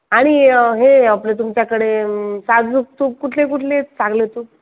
आणि हे आपलं तुमच्याकडे साजूक तूप कुठले कुठले चांगले तूप